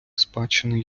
спадщини